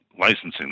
licensing